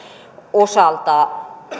osalta